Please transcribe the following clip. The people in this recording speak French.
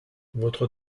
votre